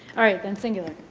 all right, then. singular.